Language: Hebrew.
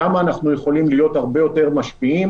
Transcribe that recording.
שם אנחנו יכולים להיות הרבה יותר משפיעים